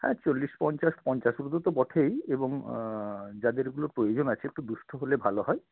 হ্যাঁ চল্লিশ পঞ্চাশ পঞ্চাশ অবধি তো বটেই এবং যাদের এগুলো প্রয়োজন আছে একটু দুঃস্থ হলে ভালো হয়